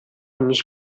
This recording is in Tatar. мич